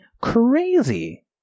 crazy